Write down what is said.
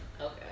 Okay